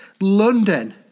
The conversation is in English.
London